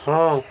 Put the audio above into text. ହଁ